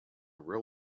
real